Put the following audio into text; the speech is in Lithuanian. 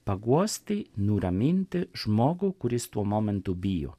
paguosti nuraminti žmogų kuris tuo momentu bijo